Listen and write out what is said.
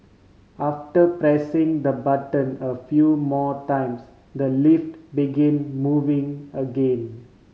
after pressing the button a few more times the lift begin moving again